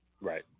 Right